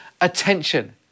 attention